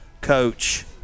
coach